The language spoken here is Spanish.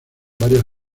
varias